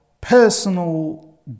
personal